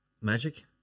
magic